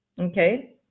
okay